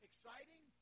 Exciting